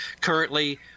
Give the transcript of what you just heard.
Currently